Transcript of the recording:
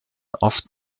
oft